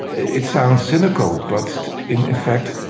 it sounds cynical, but in effect,